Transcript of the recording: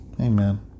Amen